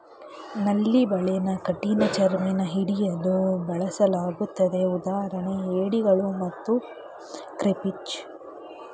ನಳ್ಳಿ ಬಲೆನ ಕಠಿಣಚರ್ಮಿನ ಹಿಡಿಯಲು ಬಳಸಲಾಗ್ತದೆ ಉದಾಹರಣೆಗೆ ಏಡಿಗಳು ಮತ್ತು ಕ್ರೇಫಿಷ್